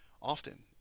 Often